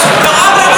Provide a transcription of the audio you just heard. לא בנוסח הזה.